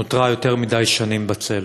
נותרה יותר מדי שנים בצל.